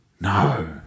No